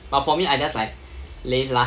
but for me I just like laze lah